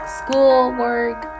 schoolwork